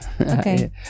Okay